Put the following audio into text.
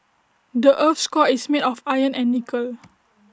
the Earth's core is made of iron and nickel